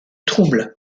trouble